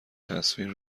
تصویر